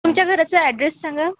तुमच्या घराचा ॲड्रेस सांगा